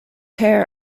heir